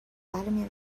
vladimir